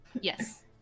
Yes